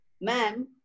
ma'am